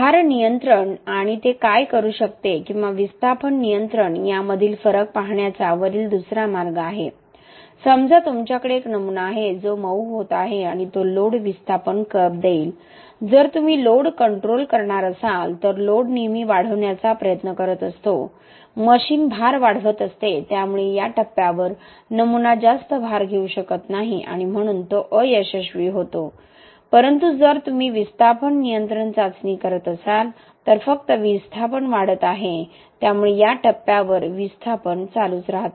भार नियंत्रण आणि ते काय करू शकते किंवा विस्थापन नियंत्रण यामधील फरक पाहण्याचा वरील दुसरा मार्ग आहे समजा तुमच्याकडे एक नमुना आहे जो मऊ होत आहे आणि तो लोड विस्थापन कर्व्ह देईल जर तुम्ही लोड कंट्रोल करणार असाल तर लोड नेहमी वाढवण्याचा प्रयत्न करत असतो मशीन भार वाढवत असते त्यामुळे या टप्प्यावर नमुना जास्त भार घेऊ शकत नाही आणि म्हणून तो अयशस्वी होतो परंतु जर तुम्ही विस्थापन नियंत्रण चाचणी करत असाल तर फक्त विस्थापन वाढत आहे त्यामुळे या टप्प्यावर विस्थापन चालूच राहते